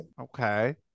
Okay